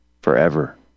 forever